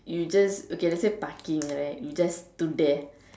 you just okay let's say parking right that you just stood there